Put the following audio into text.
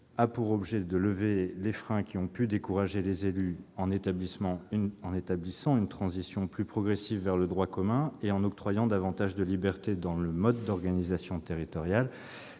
a pour objet de lever les freins qui ont pu décourager les élus en établissant une transition plus progressive vers le droit commun et en octroyant davantage de liberté dans le mode d'organisation territoriale.